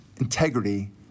integrity